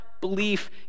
belief